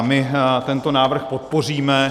My tento návrh podpoříme.